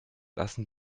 lassen